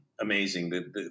Amazing